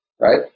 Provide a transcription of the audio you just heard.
Right